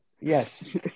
Yes